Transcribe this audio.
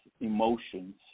emotions